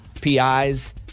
PIs